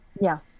Yes